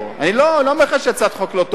אני לא אומר לך שהצעת החוק לא טובה.